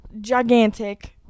gigantic